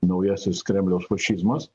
naujasis kremliaus fašizmas